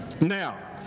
Now